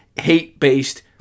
hate-based